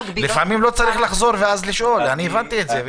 לפעמים לא צריך לחזור ולשאול, אני הבנתי את זה.